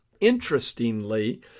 Interestingly